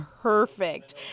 perfect